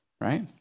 right